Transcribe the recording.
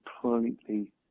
completely